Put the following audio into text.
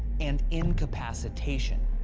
and incapacitation.